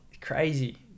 Crazy